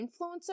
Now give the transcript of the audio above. influencer